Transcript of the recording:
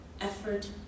effort